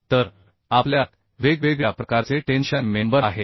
तर आपल्यात वेगवेगळ्या प्रकारचे टेन्शन मेंबर आहेत